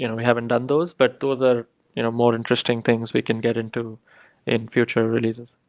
you know we haven't done those, but those are you know more interesting things we can get into in future releases.